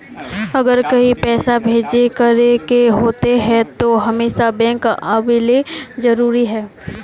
अगर कहीं पैसा भेजे करे के होते है तो हमेशा बैंक आबेले जरूरी है?